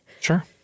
Sure